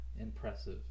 impressive